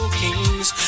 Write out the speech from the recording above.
kings